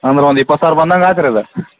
ಅಂದ್ರೆ ಒಂದು ಇಪ್ಪತ್ತು ಸಾವಿರ ಬಂದಂಗೆ ಆಯ್ತು ರೀ ಅದು